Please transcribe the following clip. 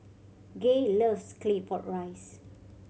Gay loves Claypot Rice